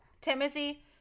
Timothy